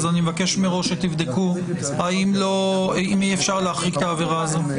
אני מבקש מראש שתבדקו האם אי אפשר להחריג את העבירה הזאת.